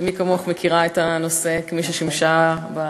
מי כמוך מכירה את הנושא, כמי ששימשה בתפקיד,